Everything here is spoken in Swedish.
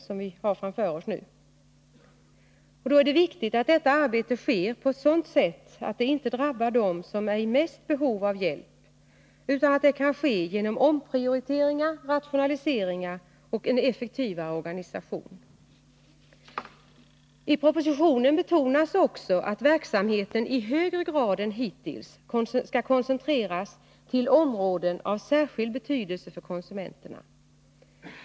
Det är viktigt att detta arbete sker på ett sådant sätt, att det inte drabbar dem som är mest i behov av hjälp, utan att det kan ske genom omprioriteringar, rationaliseringar och en effektivare organisation. I propositionen betonas också att verksamheten i högre grad än hittills koncentreras till områden av särskild betydelse för konsumenterna.